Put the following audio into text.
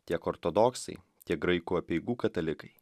tiek ortodoksai tiek graikų apeigų katalikai